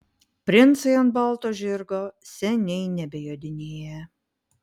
princai ant balto žirgo seniai nebejodinėja